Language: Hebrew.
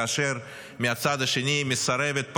כאשר מהצד השני היא מסרבת,